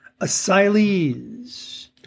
asylees